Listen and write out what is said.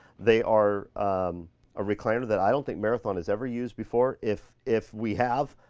they are a recliner that i don't think marathon has ever used before. if if we have,